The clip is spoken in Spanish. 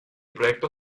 proyecto